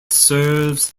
serves